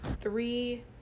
three